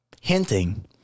hinting